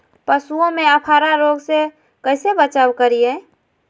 पशुओं में अफारा रोग से कैसे बचाव करिये?